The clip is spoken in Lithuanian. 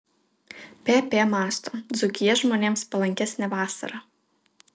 pp mąsto dzūkija žmonėms palankesnė vasarą